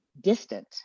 distant